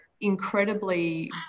incredibly